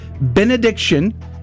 benediction